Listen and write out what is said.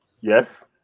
Yes